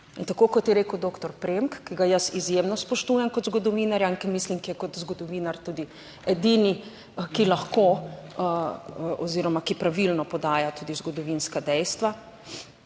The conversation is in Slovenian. in tako, kot je rekel doktor Premk, ki ga jaz izjemno spoštujem kot zgodovinarja in ki mislim, ki je kot zgodovinar tudi edini, ki lahko oziroma, ki pravilno podaja tudi zgodovinska dejstva,